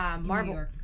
Marvel